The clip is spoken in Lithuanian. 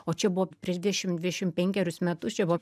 o čia buvo prieš dešimt dvidešimt penkerius metus čia buvo